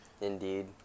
Indeed